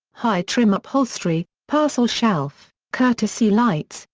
high-trim upholstery, parcel shelf, courtesy lights,